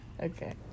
Okay